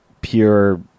pure